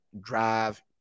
drive